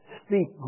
speak